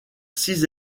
six